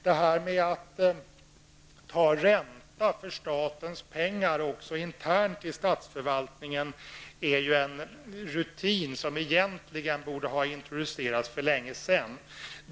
Detta med att ta ränta för statens pengar också internt i statsförvaltningen är ju en rutin som egentligen borde ha introducerats för länge sedan.